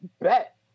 Bet